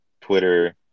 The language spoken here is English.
Twitter